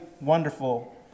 wonderful